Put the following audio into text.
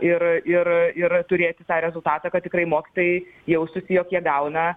ir ir ir turėti tą rezultatą kad tikrai mokytojai jaustųsi jog jie gauna